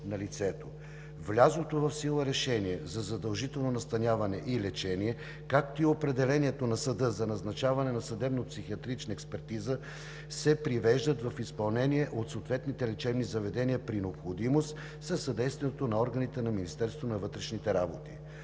на лицето. Влязлото в сила решение за задължително настаняване и лечение, както и определението на съда за назначаване на съдебно- психиатрична експертиза се привеждат в изпълнение от съответните лечебни заведения при необходимост със съдействието на органите на Министерството на вътрешните работи.